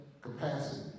Capacity